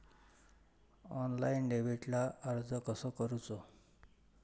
Online डेबिटला अर्ज कसो करूचो?